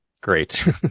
great